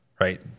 right